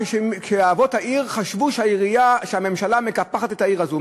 כשאבות העיר חשבו שהממשלה מקפחת את העיר הזאת,